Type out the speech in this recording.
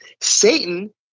Satan